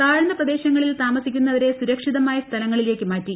താഴ്ന്ന പ്രദേശങ്ങളിൽ താമസിക്കുന്നവർ സുരക്ഷിതമായ സ്ഥലങ്ങളിലേക്ക് മാറ്റി